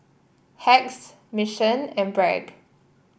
Hacks Mission and Bragg